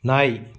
நாய்